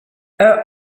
her